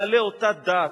בעלי אותה דת,